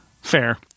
Fair